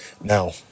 Now